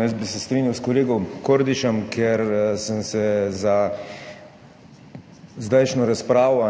Jaz bi se strinjal s kolegom Kordišem, ker sem se za zdajšnjo razpravo